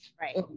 Right